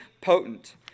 potent